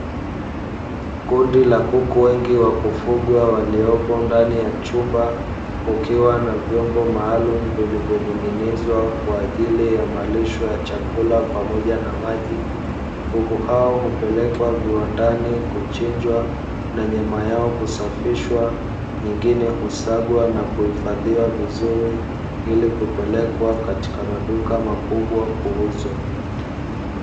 Kundi la kuku wengi wa kufugwa walioko ndani ya chumba, kukiwa na vyombo maalumu vilivyo ning’inizwa kwa ajili ya marisho ya chakula pamoja na maji, kuku hao hupelekwa viwandani kuchinjwa na nyama yao kusafishwa nyingine husagwa na kuhifadhiwa vizuri ili kupelekwa katika maduka makubwa kuuzwa.